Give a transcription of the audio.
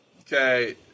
okay